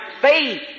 faith